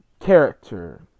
character